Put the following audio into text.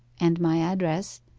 and my address,